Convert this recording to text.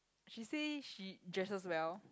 she say she dresses well